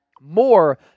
more